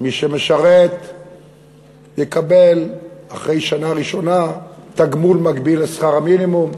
מי שמשרת יקבל אחרי שנה ראשונה תגמול מקביל לשכר המינימום.